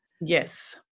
Yes